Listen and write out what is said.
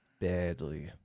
badly